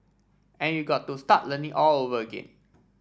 and you got to start learning all over again